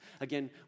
Again